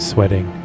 Sweating